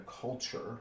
culture